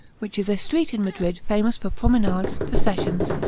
which is a street in madrid famous for promenades, processions,